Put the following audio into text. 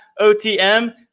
OTM